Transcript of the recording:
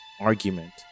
argument